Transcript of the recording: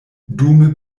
dume